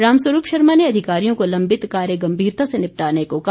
रामस्वरूप शर्मा ने अधिकारियों को लंबित कार्य गंभीरता से निपटाने को कहा